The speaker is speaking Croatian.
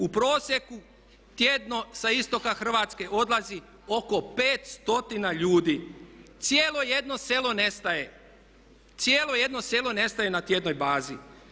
U prosjeku tjedno sa istoka Hrvatske odlazi oko 5 stotina ljudi, cijelo jedno selo nestaje, cijelo jedno selo nestaje na tjednoj bazi.